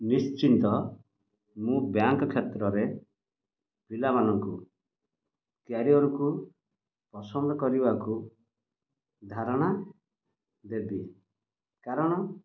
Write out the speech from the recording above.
ନିଶ୍ଚିନ୍ତ ମୁଁ ବ୍ୟାଙ୍କ୍ କ୍ଷେତ୍ରରେ ପିଲାମାନଙ୍କୁ କ୍ୟାରିଅର୍କୁ ପସନ୍ଦ କରିବାକୁ ଧାରଣା ଦେବି କାରଣ